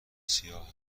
سیاه